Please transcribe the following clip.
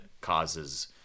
causes